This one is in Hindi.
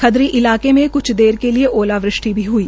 खदरी इलाके में कुछ देर के लिए ओलावृष्टि भी हई